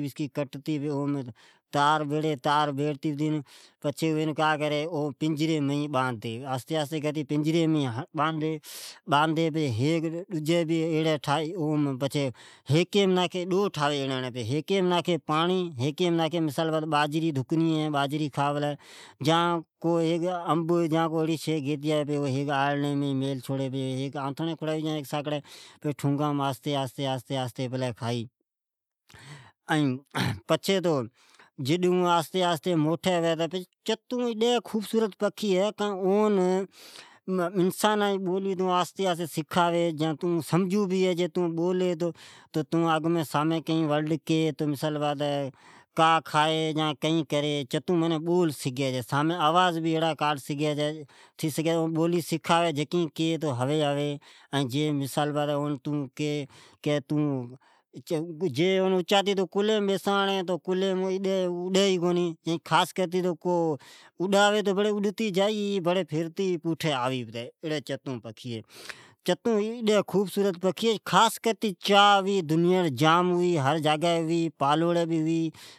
بیسکی کٹے تار ناکھتے پچھے پنجری مین بادی پچھے ایڑی ڈو ٹھاوی پچھے اوم ھیکی مین پانڑی ناکھی ۔ڈجی مین باجری ناکھی۔ یا تو انب ڈجا گیتے آوی اوجی آڑلی مین ناکھی پچھے اون آھستے آھستے کھائی ۔ چتون ادی خوبصورت پکھی ھے جکو تو کئین بولی او بول سگھی سے مثال طور تو کی کا کھائی یا کڈ آلا ۔ چتون ھر جگائیمین ھے او کولھہ مین بیلا ھوی تو جکا بیلا رھی ۔یا تو اڈتے جا ئی تو بری واپس آوئ پتا ۔چتون اڈی خوبڈورت پکھی ھے